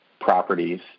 properties